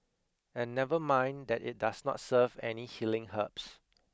and never mind that it does not serve any healing herbs